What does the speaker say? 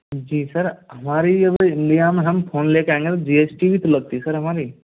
जी sir हमारी अभी India में हम फ़ोन लेके आएँगे तो जी एस टी भी तो लगती सर हमारी